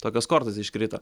tokios kortos iškrito